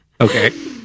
okay